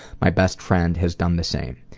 my best friend has done the same.